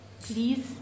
Please